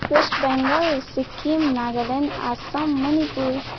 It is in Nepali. वेस्ट बङ्गाल सिक्किम नागाल्यान्ड आसाम मणिपुर